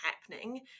happening